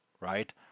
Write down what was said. right